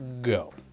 Go